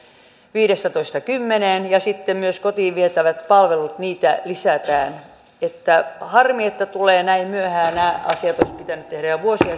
viidestätoista kymmeneen ja sitten myös kotiin vietäviä palveluita lisätään harmi että näin myöhään tulevat nämä asiat jotka olisi pitänyt tehdä jo vuosia